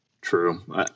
True